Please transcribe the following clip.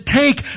take